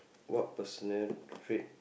what personal trait